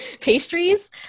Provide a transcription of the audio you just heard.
pastries